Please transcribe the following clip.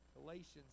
Galatians